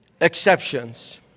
exceptions